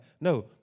no